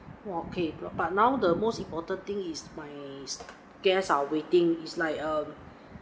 okay but now the most important thing is my guest are waiting is like err